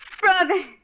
Brother